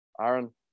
Aaron